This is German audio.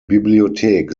bibliothek